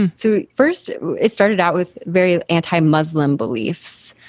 and so first it started out with very anti-muslim beliefs.